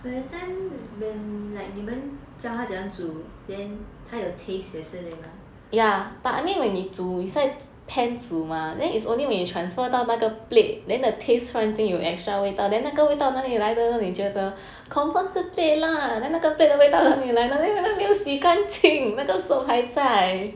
but that time when 你们叫他怎么样煮 then 他有 taste 也是对吗